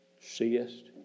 seest